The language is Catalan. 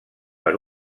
per